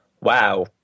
wow